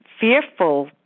fearful